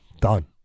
Done